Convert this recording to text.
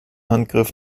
handgriff